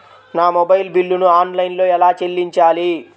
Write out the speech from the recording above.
నా మొబైల్ బిల్లును ఆన్లైన్లో ఎలా చెల్లించాలి?